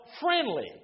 friendly